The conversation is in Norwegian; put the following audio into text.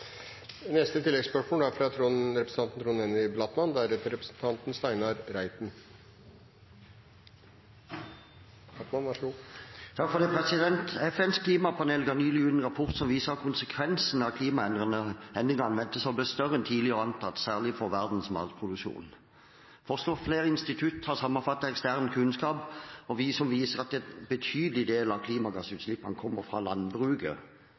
Trond Henry Blattmann – til oppfølgingsspørsmål. FNs klimapanel ga nylig ut en rapport som viser at konsekvensene av klimaendringene ventes å bli større enn tidligere antatt, særlig for verdens matproduksjon. Forskere fra flere institutt har sammenfattet ekstern kunnskap som viser at betydelige deler av klimagassutslippene kommer fra landbruket. Ca. 90 pst. av klimagassene fra norsk landbruk kommer fra fôr- og husdyrproduksjonen. Hvilke tiltak tenker statsråden er viktige på kort sikt for at landbruket